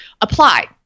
apply